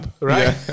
right